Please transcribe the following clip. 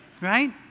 right